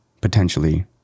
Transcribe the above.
potentially